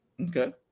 Okay